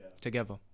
together